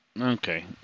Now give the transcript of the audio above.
Okay